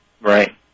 Right